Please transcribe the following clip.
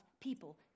people